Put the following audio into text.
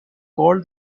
called